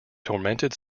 tormented